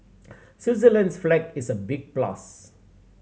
Switzerland's flag is a big plus